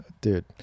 dude